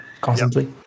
constantly